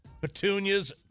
Petunias